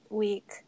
week